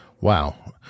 Wow